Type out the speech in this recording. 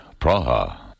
Praha